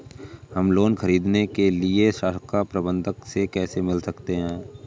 हम लोन ख़रीदने के लिए शाखा प्रबंधक से कैसे मिल सकते हैं?